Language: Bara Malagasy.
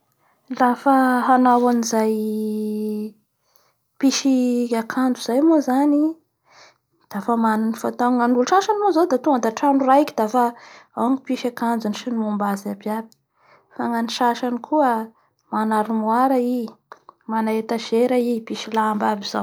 Lafa ahanao anizay pisy akanjo zay moa zany dafa manan ny fataony, gnanolo sasany moa zao da tonga da trano raiky dafa ao ny mpisy akanjony sy ny moba azy abiaby, fa gna ny sasany koa mana armoir i mana etagera i mpisy amaba azy zao.